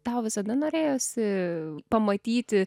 tau visada norėjosi pamatyti